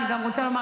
אני גם רוצה לומר,